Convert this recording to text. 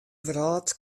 wrâld